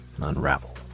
unravel